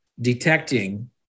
detecting